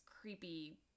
creepy